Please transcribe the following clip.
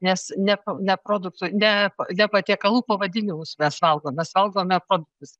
nes ne ne produktų ne ne patiekalų pavadinimus mes valgom mes valgome produktus